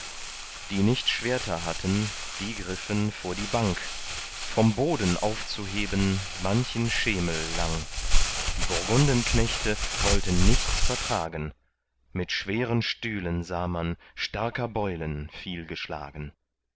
die nicht schwerter hatten die griffen vor die bank vom boden aufzuheben manchen schemel lang die burgundenknechte wollten nichts vertragen mit schweren stühlen sah man starker beulen viel